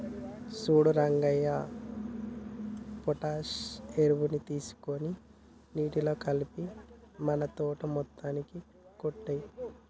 సూడు రంగయ్య పొటాష్ ఎరువుని తీసుకొని అది నీటిలో కలిపి మన తోట మొత్తానికి కొట్టేయి